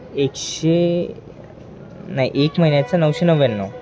एकशे नाही एक महिन्याचा नऊशे नव्याण्णव